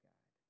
God